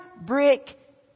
brick